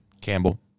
Campbell